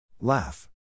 Laugh